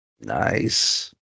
Nice